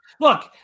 Look